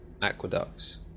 Aqueducts